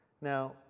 Now